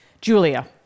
Julia